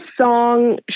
song